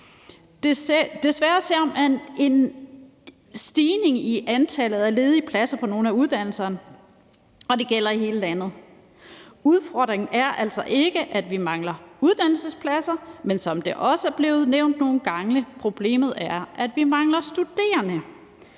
Desværre ser man en stigning i antallet af ledige pladser på nogle af uddannelserne, og det gælder i hele landet. Udfordringen er altså ikke, at vi mangler uddannelsespladser, men som det også er blevet nævnt nogle gange, er problemet, at vi mangler studerende.